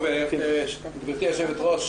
גבירתי היושבת-ראש,